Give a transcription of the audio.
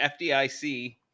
FDIC